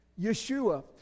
Yeshua